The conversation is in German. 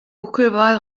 buckelwal